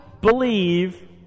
believe